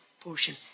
portion